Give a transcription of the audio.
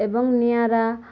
ଏବଂ ନିଆଁରା